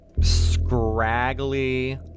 scraggly